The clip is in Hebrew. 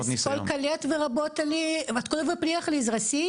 (דבריו מתורגמים מרוסית ע"י אווה אביטבול) מסנט-פטרבורג